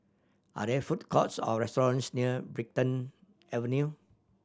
are there food courts or restaurants near Brighton Avenue